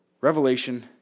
Revelation